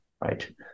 right